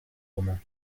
roman